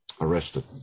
arrested